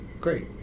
great